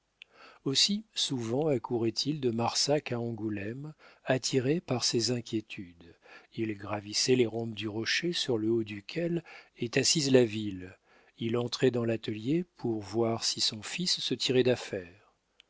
aussi souvent accourait il de marsac à angoulême attiré par ses inquiétudes il gravissait les rampes du rocher sur le haut duquel est assise la ville il entrait dans l'atelier pour voir si son fils se tirait d'affaire